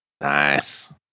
nice